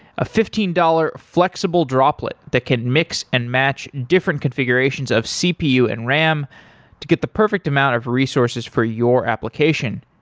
a fifteen dollars flexible droplet that can mix and match different configurations of cpu and ram to get the perfect amount of resources for your application.